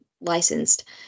licensed